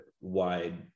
wide